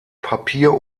papier